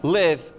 live